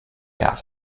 out